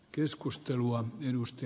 arvoisa puhemies